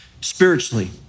spiritually